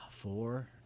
four